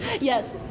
Yes